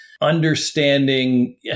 understanding